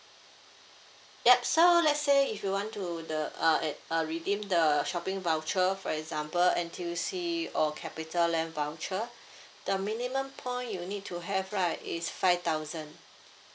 yup so let's say if you want to the uh uh redeem the shopping voucher for example N_T_U_C or capitaland voucher the minimum point you need to have right is five thousand